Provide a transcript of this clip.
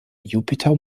jupiter